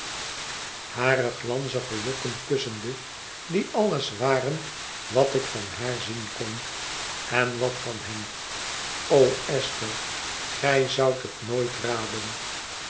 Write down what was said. hare glanzige lokken kussende die alles waren wat ik van haar zien kon en wat van hem o esther gij zoudt het nooit raden